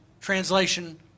translation